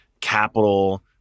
capital